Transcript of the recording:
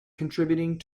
contributing